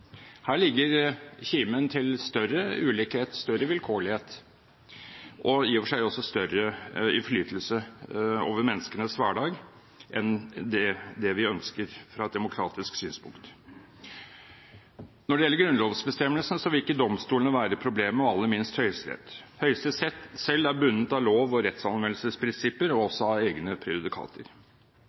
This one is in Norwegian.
Her ligger kimen til større ulikhet, større vilkårlighet og i og for seg også større innflytelse over menneskenes hverdag enn det vi ønsker fra et demokratisk synspunkt. Når det gjelder grunnlovsbestemmelsen, vil ikke domstolene være problemet og aller minst Høyesterett. Høyesterett selv er bundet av lov- og rettsanvendelsesprinsipper og også av egne